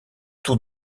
tout